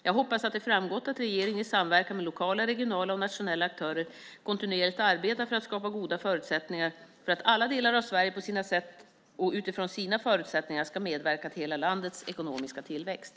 Jag hoppas att det framgått att regeringen, i samverkan med lokala, regionala och nationella aktörer, kontinuerligt arbetar för att skapa goda förutsättningar för att alla delar av Sverige, på sina sätt och utifrån sina förutsättningar, ska medverka till hela landets ekonomiska tillväxt.